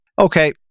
Okay